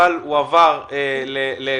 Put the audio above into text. אבל הוא הועבר לכרמל.